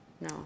No